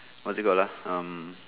what's it called lah um